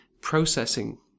processing